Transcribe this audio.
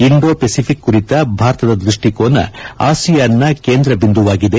Indo Pacific ಕುರಿತ ಭಾರತದ ದೃಷ್ಟಿಕೋನ ಆಸಿಯಾನ್ನ ಕೇಂದ್ರಬಿಂದುವಾಗಿದೆ